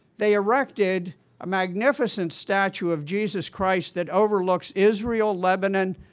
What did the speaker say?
they erected a magnificent statue of jesus christ that overlooks israel, lebanon,